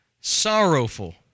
sorrowful